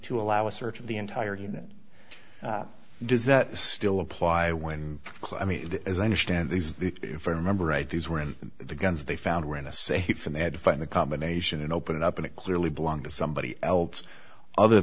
to allow a search of the entire unit does that still apply when climbing as i understand these if i remember right these were in the guns they found were in a safe and they had to find the combination and open it up and it clearly belonged to somebody else other